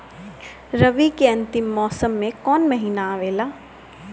रवी के अंतिम मौसम में कौन महीना आवेला?